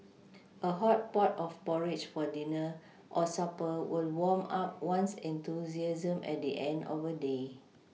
a hot pot of porridge for dinner or supper will warm up one's enthusiasm at the end of a day